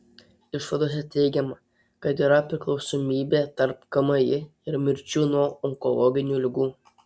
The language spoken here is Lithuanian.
išvadose teigiama kad yra priklausomybė tarp kmi ir mirčių nuo onkologinių ligų